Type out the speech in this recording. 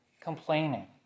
complaining